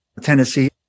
Tennessee